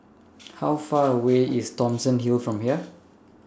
How Far away IS Thomson Hill from here